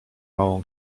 małą